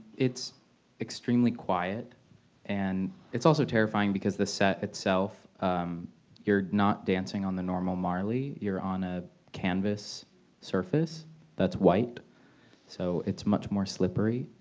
it's extremely quiet and it's also terrifying because the set itself you're not dancing on the normal marley you're on a canvas surface that's white so it's much more slippery